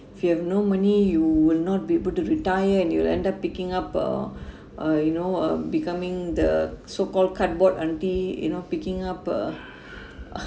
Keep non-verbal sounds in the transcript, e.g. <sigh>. if you have no money you will not be able to retire and you'll end up picking up uh <breath> uh you know uh becoming the so called cardboard auntie you know picking up uh <breath> uh